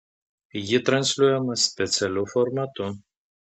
ji transliuojama specialiu formatu